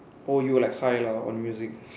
oh you were like high lah on music